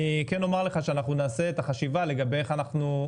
אני כן אומר לך שאנחנו נעשה את החשיבה לגבי איך אנחנו,